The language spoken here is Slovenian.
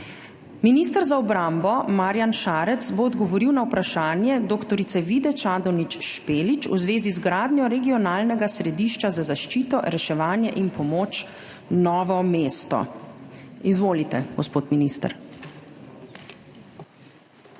Minister za obrambo Marjan Šarec bo odgovoril na vprašanje dr. Vide Čadonič Špelič v zvezi z gradnjo regionalnega središča za zaščito, reševanje in pomoč Novo mesto. Izvolite, gospod minister.